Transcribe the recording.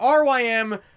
RYM